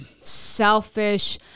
selfish